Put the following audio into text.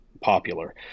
popular